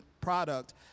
product